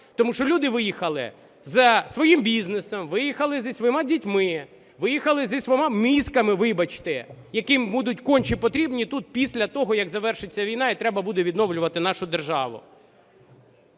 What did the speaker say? тому що люди виїхали зі своїм бізнесом, виїхали зі своїми дітьми, виїхали зі своїми мізками, вибачте, які будуть конче потрібні тут після того, як завершиться війна і треба буде відновлювати нашу державу.